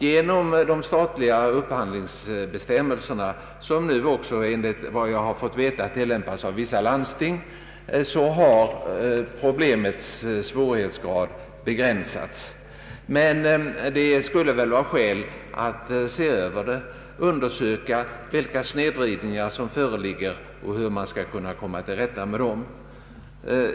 Genom de statliga upphandlingsbestämmelser som nu — efter vad jag har fått veta — också tilllämpas av vissa landsting, har problemet begränsats. Det skulle dock vara skäl att se över detta spörsmål, undersöka vilka snedvridningar som föreligger och hur man skall komma till rätta med dem.